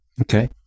okay